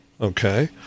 okay